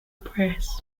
press